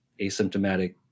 asymptomatic